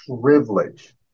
privilege